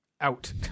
out